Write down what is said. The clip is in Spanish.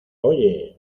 oye